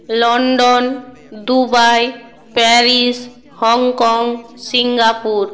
London Dubai Paris Hong Kong Singapore